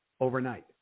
overnight